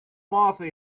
martha